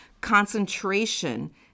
concentration